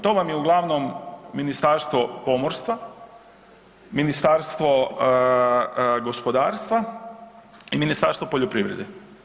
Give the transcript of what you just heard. To vam je uglavnom Ministarstvo pomorstva, Ministarstvo gospodarstva i Ministarstvo poljoprivrede.